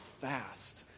fast